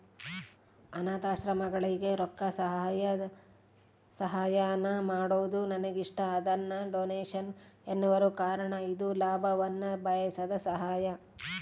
ಅನಾಥಾಶ್ರಮಗಳಿಗೆ ರೊಕ್ಕಸಹಾಯಾನ ಮಾಡೊದು ನನಗಿಷ್ಟ, ಅದನ್ನ ಡೊನೇಷನ್ ಎನ್ನುವರು ಕಾರಣ ಇದು ಲಾಭವನ್ನ ಬಯಸದ ಸಹಾಯ